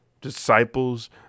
disciples